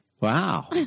Wow